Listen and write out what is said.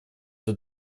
для